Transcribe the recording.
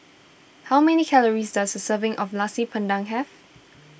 how many calories does a serving of Nasi Padang have